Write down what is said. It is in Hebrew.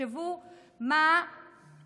תחשבו מה העודף,